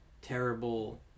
terrible